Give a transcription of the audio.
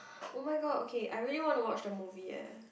oh-my-god okay I really want to watch the movie eh